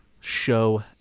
show